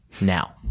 now